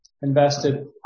invested